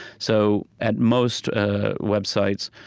so at most ah websites,